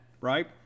right